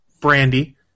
Brandy